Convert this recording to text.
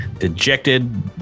dejected